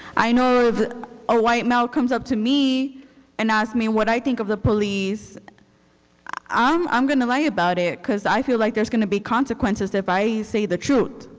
i know of a white male comes up to me and asks me what i think of the police i'm um going to lie about it because i feel like there's going to be consequences if i say the truth.